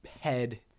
head